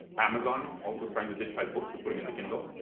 amazon also is trying to digitize books to put them in the kindle.